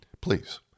please